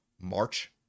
March